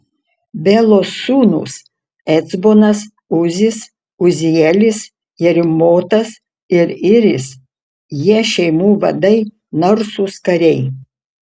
belos sūnūs ecbonas uzis uzielis jerimotas ir iris jie šeimų vadai narsūs kariai